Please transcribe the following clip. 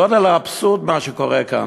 גודל האבסורד מה שקורה כאן.